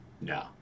No